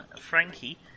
Frankie